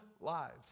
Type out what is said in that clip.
lives